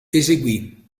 eseguì